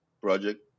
project